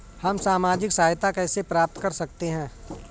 हम सामाजिक सहायता कैसे प्राप्त कर सकते हैं?